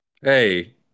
Hey